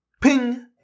Ping